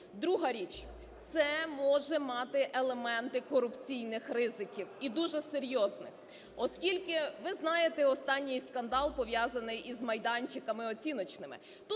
Друга річ. Це може мати елементи корупційних ризиків і дуже серйозних, оскільки… Ви знаєте останній скандал, пов'язаний із майданчиками оціночними.